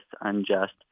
unjust